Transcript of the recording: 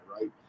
right